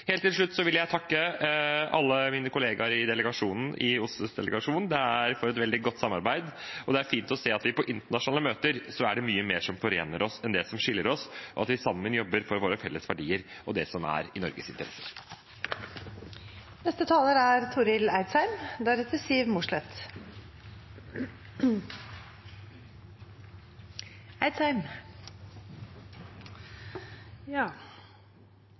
til slutt vil jeg takke alle mine kollegaer i OSSEs delegasjon for et veldig godt samarbeid. Det er fint å se at på internasjonale møter er det mye mer som forener oss, enn det er som skiller oss, og at vi sammen jobber for våre felles verdier og det som er i